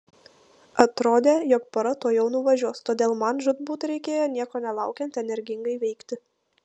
atrodė jog pora tuojau nuvažiuos todėl man žūtbūt reikėjo nieko nelaukiant energingai veikti